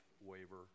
waiver